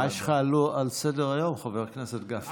מה יש לך על סדר-היום, חבר הכנסת גפני?